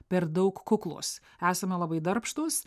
per daug kuklūs esame labai darbštūs